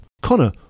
Connor